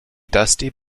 dusty